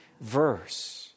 verse